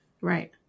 right